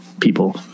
people